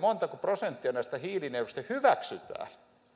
montako prosenttia näistä hiilinieluista hyväksytään